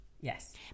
yes